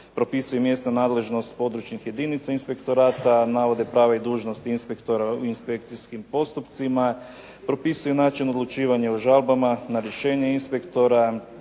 propisuje mjesna nadležnost područnih jedinica inspektorata, navode prava i dužnosti inspektora u inspekcijskim poslovima, propisuje način odlučivanja o žalbama na rješenje inspektora,